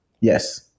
Yes